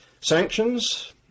Sanctions